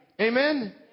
Amen